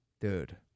Dude